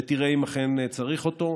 ותראה אם אכן צריך אותו.